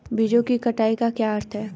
बीजों की कटाई का क्या अर्थ है?